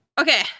Okay